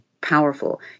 powerful